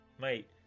mate